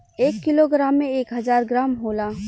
एक kilogram में एक हजार ग्राम होला